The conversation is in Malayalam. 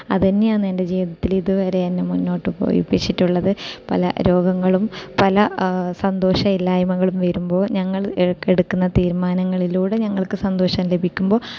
അതു തന്നെയാണ് എൻ്റെ ജീവിതത്തിൽ ഇതുവരെ എന്നെ മുന്നോട്ട് പോയിപ്പിച്ചിട്ടുള്ളത് പല രോഗങ്ങളും പല സന്തോഷമില്ലായ്മകളും വരുമ്പോൾ ഞങ്ങൾ ഇടയ്ക്ക് എടുക്കുന്ന തീരുമാനങ്ങളിലൂടെ ഞങ്ങൾക്ക് സന്തോഷം ലഭിക്കുമ്പോൾ